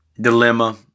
dilemma